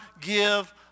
give